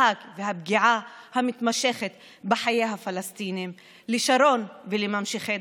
מפני החרבת העובדים והעסקים הקטנים לטובת קומץ של טייקונים שרק מתעשרים.